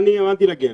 אגיע לזה.